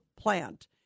plant